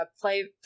play